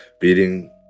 beating